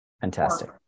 Fantastic